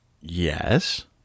yes